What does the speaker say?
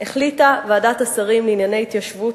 החליטה ועדת השרים לענייני התיישבות